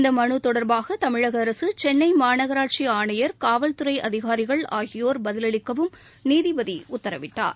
இந்த மனு தொடர்பாக தமிழக அரசு சென்னை மாநகராட்சி ஆணையர் காவல் துறை அதிகாரிகள் ஆகியோர் பதில் அளிக்கவும் நீதிபதி உத்தரவிட்டார்